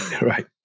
Right